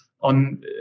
on